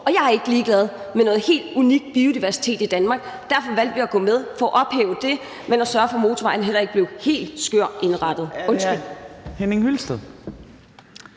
Jeg er ikke ligeglad med noget helt unik biodiversitet i Danmark. Derfor valgte vi at gå med – for at ophæve det og sørge for, at motorvejen heller ikke blev helt skørt indrettet. Kl.